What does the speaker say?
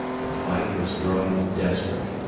the fight was growing desperate.